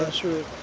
true